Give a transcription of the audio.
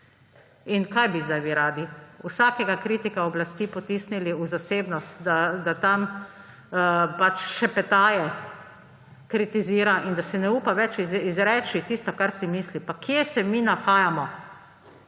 In kaj bi zdaj vi radi? Vsakega kritika oblasti potisnili v zasebnost, da tam šepetaje kritizira in da si ne upa več izreči tistega, kar si misli? Pa kje se mi nahajamo?!